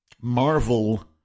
Marvel